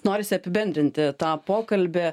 norisi apibendrinti tą pokalbį